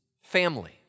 family